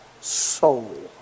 soul